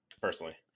Personally